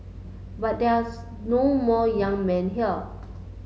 but there are no more young men here